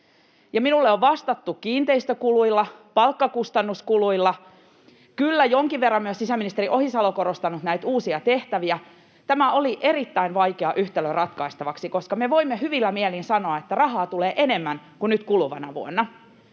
minulle on vastattu kiinteistökuluilla, palkkakustannuskuluilla. Kyllä, jonkin verran myös sisäministeri Ohisalo on korostanut näitä uusia tehtäviä. Tämä oli erittäin vaikea yhtälö ratkaistavaksi, koska me voimme hyvillä mielin sanoa, että rahaa tulee enemmän kuin nyt kuluvana vuonna,